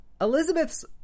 Elizabeth's